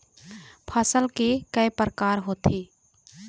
फसल के कय प्रकार होथे?